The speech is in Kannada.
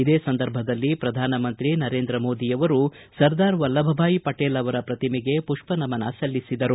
ಇದೇ ಸಂದರ್ಭದಲ್ಲಿ ಪ್ರಧಾನಮಂತ್ರಿ ನರೇಂದ್ರ ಮೋದಿಯವರು ಸರ್ದಾರ ವಲ್ಲಭಭಾಯ ಪಟೇಲ್ ಅವರ ಪ್ರತಿಮೆಗೆ ಪುಷ್ಪನಮನ ಸಲ್ಲಿಸಿದರು